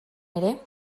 ere